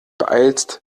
beeilst